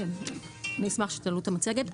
אני אשמח שתעלו את המצגת.